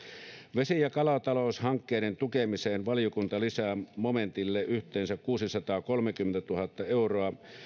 vesi ja kalataloushankkeiden tukemiseen valiokunta lisää momentille yhteensä kuusisataakolmekymmentätuhatta euroa